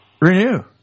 renew